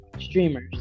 streamers